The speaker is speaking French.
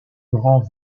grand